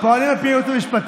פועלים על פי הייעוץ המשפטי.